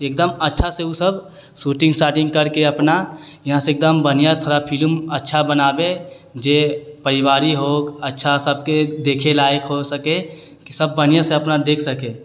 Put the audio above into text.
एकदम अच्छासँ ओसब शूटिङ्ग शाटिङ्ग करिके अपना यहाँसँ एकदम बढ़िआँ थोड़ा फिलिम अच्छा बनाबै जे परिवारी हो अच्छा सबके देखै लायक हो सकै सब बढ़िआँसँ अपना देखि सकै